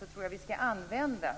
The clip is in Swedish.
Jag tror att vi skall använda